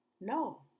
No